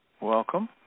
Welcome